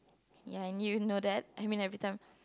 ya you know that I mean every time